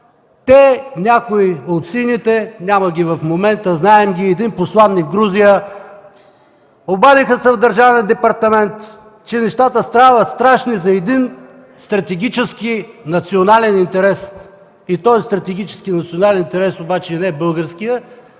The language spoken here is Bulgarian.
Те и някои от сините, няма ги в момента, знаем ги, един посланик в Грузия обадиха се от Държавния департамент, че нещата стават страшни за един стратегически национален интерес. И този стратегически национален интерес обаче не е българският,